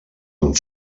amb